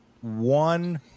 one